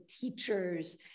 teachers